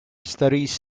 studies